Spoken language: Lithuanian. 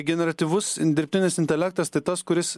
generatyvus dirbtinis intelektas tai tas kuris